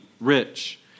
rich